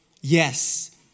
Yes